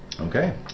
Okay